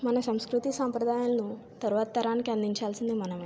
మన సంస్కృతి సంప్రదాయాలను తరువాత తరానికి అందించాల్సింది మనమే